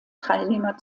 teilnehmer